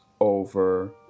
over